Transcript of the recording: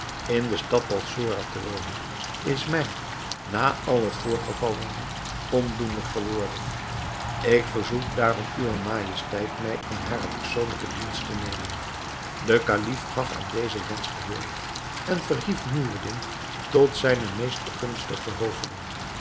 in de stad balsora te wonen is mij na al het voorgevallene ondoenlijk geworden ik verzoek daarom uwe majesteit mij in haren persoonlijken dienst te nemen de kalif gaf aan dezen wensch gehoor en verhief noureddin tot zijnen meest begunstigden hoveling